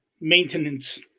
maintenance